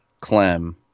Clem